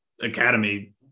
Academy